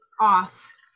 off